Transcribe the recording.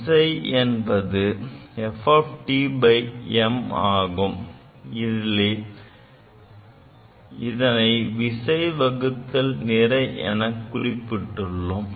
விசை என்பது Fm அதாவது இதனை விசை வகுத்தல் நிறை என குறிப்பிட்டுள்ளோம்